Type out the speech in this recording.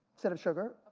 instead of sugar,